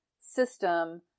system